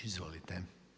Izvolite.